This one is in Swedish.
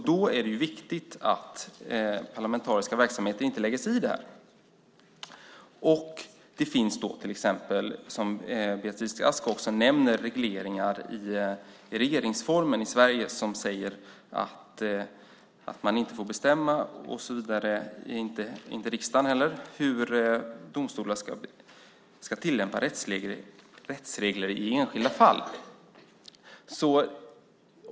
Då är det viktigt att parlamentariska verksamheter inte lägger sig i det. Det finns till exempel, som Beatrice Ask också nämner, regleringar i regeringsformen i Sverige som säger att man inte får bestämma, inte heller riksdagen, hur domstolar ska tillämpa rättsregler i enskilda fall.